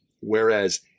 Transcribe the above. whereas